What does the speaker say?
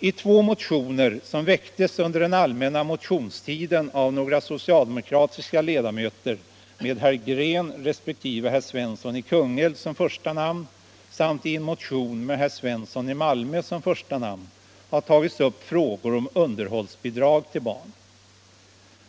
I två motioner som väckts under den allmänna motionstiden av några socialdemokratiska ledamöter med herr Green resp. herr Svensson i Kungälv som första namn, samt i en motion med herr Svensson i Malmö som första namn, har tagits upp frågor om underhållsbidrag till barn.